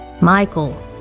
Michael